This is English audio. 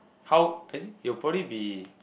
how as in it'll probably be